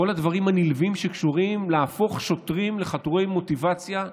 כל הדברים הנלווים שקשורים ללהפוך שוטרים לחדורי מוטיבציה,